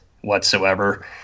whatsoever